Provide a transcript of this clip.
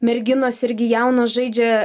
merginos irgi jaunos žaidžia